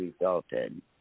resulted